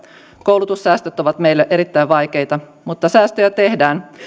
koulutussäästöt ovat meille erittäin vaikeita mutta säästöjä tehdään